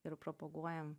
ir propaguojam